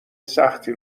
سختی